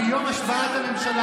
בואו תסגרו את המדינה,